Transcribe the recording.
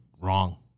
Wrong